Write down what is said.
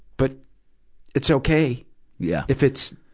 but it's okay yeah if it's,